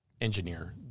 engineer